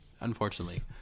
unfortunately